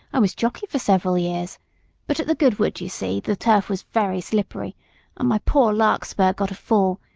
i was jockey for several years but at the goodwood, ye see, the turf was very slippery and my poor larkspur got a fall,